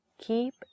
Keep